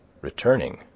returning